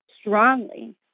strongly